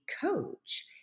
coach